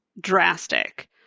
drastic